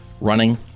running